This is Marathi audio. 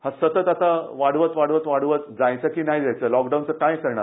हा सतत आता वाढवत वाढवत वाढवत जायचं की नाही जायचं लॉकडाउनचं काय करणार